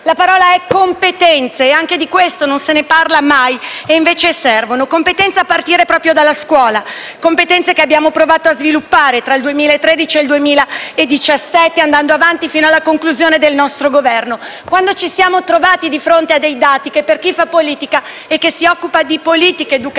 la parola è «competenze», di cui non si parla mai, ma che invece servono. Competenze a partire proprio dalla scuola, competenze che abbiamo provato a sviluppare tra il 2013 e il 2017, andando avanti fino alla conclusione del nostro Governo, quando ci siamo trovati di fronte a dei dati che, per chi fa politica e si occupa di politiche educative